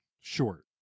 short